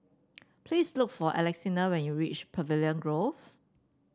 please look for Alexina when you reach Pavilion Grove